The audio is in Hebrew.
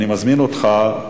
אני מזמין אותך.